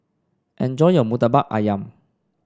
enjoy your murtabak ayam